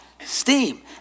steam